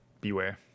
Beware